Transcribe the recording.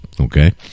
okay